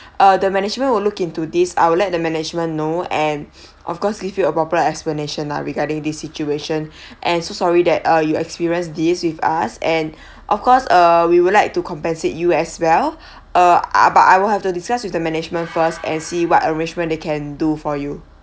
the management will look into this I would let the management know and of course leave you a proper explanation lah regarding the situation and so sorry that uh you experienced these with us and of course uh we would like to compensate you as well ah ah but I will have to discuss with the management first and see what arrangement they can do for you